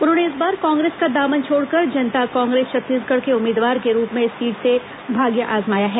उन्होंने इस बार कांग्रेस का दामन छोड़कर जनता कांग्रेस छत्तीसगढ़ के उम्मीदवार के रूप में इसी सीट से भाग्य आजमाया है